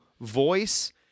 voice